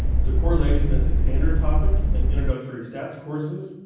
so correlation as a standard topic in introductory stats courses,